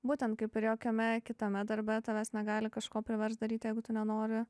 būtent kaip ir jokiame kitame darbe tavęs negali kažko priverst daryt jeigu tu nenori